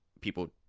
People